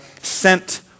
sent